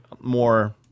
more